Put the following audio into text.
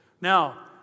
Now